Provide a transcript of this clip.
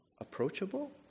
approachable